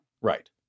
Right